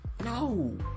no